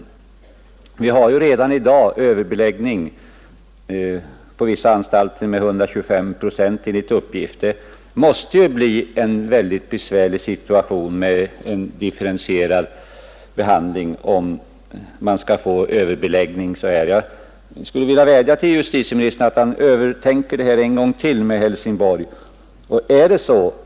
Enligt uppgift har vi redan i dag en beläggning på 125 procent på vissa anstalter. Det måste vid en sådan överbeläggning bli en besvärlig situation med differentierad behandling. Jag skulle vilja vädja till justitieministern att än en gång övertänka Helsingborgsanstaltens situation.